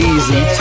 Easy